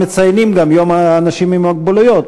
מציינים גם יום האנשים עם מוגבלות,